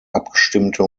abgestimmte